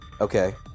Okay